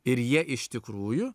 ir jie iš tikrųjų